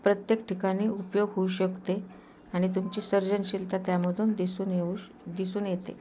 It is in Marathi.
प्रत्येक ठिकाणी उपयोग होऊ शकते आणि तुमची सर्जनशीलता त्यामधून दिसून येऊ श दिसून येते